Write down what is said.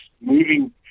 moving